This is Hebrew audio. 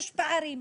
יש פערים.